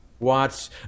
Watts